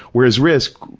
whereas risk,